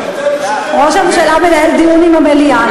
ראש הממשלה מנהל דיון עם המליאה,